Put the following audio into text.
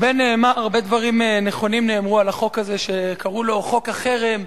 הרבה דברים נכונים נאמרו על החוק הזה שקראו לו "חוק החרם".